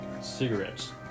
cigarettes